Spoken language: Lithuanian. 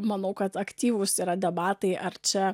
manau kad aktyvūs yra debatai ar čia